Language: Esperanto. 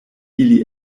ili